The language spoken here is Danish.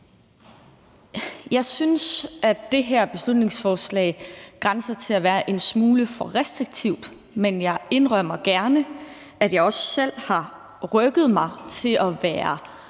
Jeg synes, at det her beslutningsforslag grænser til at være en smule for restriktivt, men jeg indrømmer også gerne, at jeg selv har rykket mig i forhold